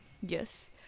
Yes